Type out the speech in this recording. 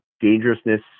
dangerousness